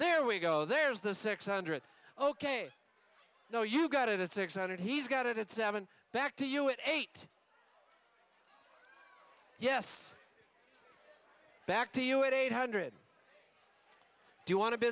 there we go there's the six hundred ok no you got it at six hundred he's got it at seven back to you at eight yes back to you at eight hundred do you want to b